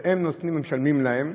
והם משלמים להם,